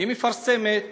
מפרסמת